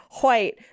white